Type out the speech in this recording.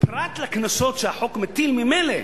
רק לקנסות שהחוק מטיל ממילא,